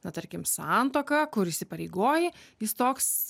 na tarkim santuoka kur įsipareigoji jis toks